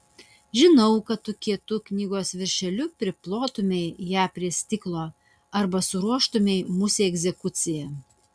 žinau kad tu kietu knygos viršeliu priplotumei ją prie stiklo arba suruoštumei musei egzekuciją